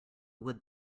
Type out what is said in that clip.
would